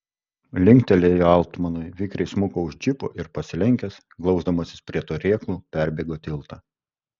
linktelėjo altmanui vikriai smuko už džipo ir pasilenkęs glausdamasis prie turėklų perbėgo tiltą